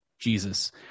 Jesus